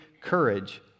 courage